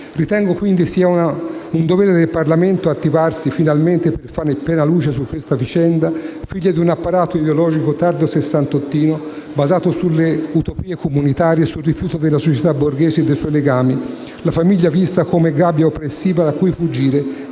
Ritengo quindi sia un dovere del Parlamento attivarsi finalmente per fare piena luce su questa vicenda, figlia di un apparato ideologico tardo-sessantottino, basato sulle utopie comunitarie, sul rifiuto della società borghese e dei suoi legami, della famiglia, vista come gabbia oppressiva da cui fuggire,